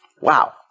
Wow